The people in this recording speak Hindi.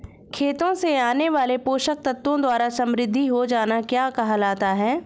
खेतों से आने वाले पोषक तत्वों द्वारा समृद्धि हो जाना क्या कहलाता है?